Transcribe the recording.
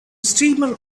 streamer